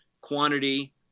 quantity